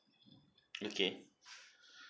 okay